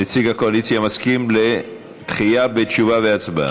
נציג הקואליציה מסכים לדחייה בתשובה והצבעה?